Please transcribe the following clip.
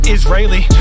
Israeli